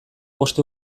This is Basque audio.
bost